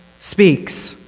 speaks